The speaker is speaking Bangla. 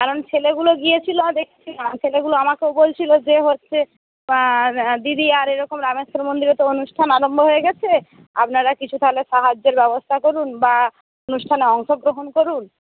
কারণ ছেলেগুলো গিয়েছিল দেখছিলাম ছেলেগুলো আমাকেও বলছিল যে হচ্ছে দিদি আর এরকম রামেশ্বর মন্দিরে তো অনুষ্ঠান আরম্ভ হয়ে গেছে আপনারা কিছু তাহলে সাহায্যের ব্যবস্থা করুন বা অনুষ্ঠানে অংশগ্রহণ করুন